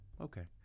okay